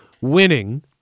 winning